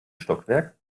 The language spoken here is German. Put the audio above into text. stockwerk